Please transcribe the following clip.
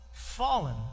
fallen